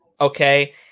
Okay